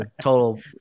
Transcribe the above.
total